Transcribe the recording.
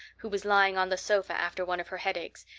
who was lying on the sofa after one of her headaches,